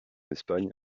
espagne